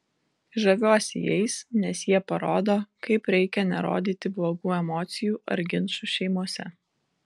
žaviuosi jais nes jie parodo kaip reikia nerodyti blogų emocijų ar ginčų šeimose